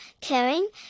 caring